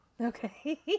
okay